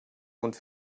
und